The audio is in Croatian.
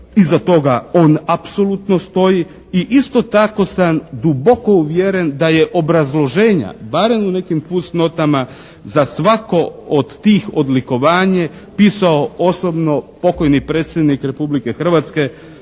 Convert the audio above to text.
Iza toga on apsolutno stoji i isto tako sam duboko uvjeren da je obrazloženja barem u nekim fusnotama za svako od tih odlikovanja pisao osobno pokojni predsjednik Republike Hrvatske